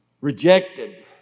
rejected